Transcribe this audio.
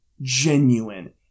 genuine